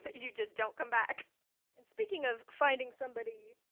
but you just don't come back and speaking of finding somebody